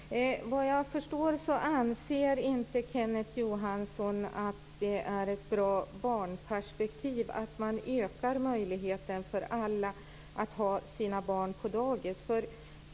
Herr talman! Vad jag förstår anser inte Kenneth Johansson att det är ett bra barnperspektiv att man ökar möjligheten för alla att ha sina barn på dagis.